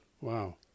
wow